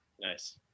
Nice